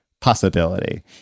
possibility